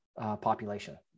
population